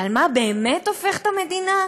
אבל מה באמת הופך את המדינה?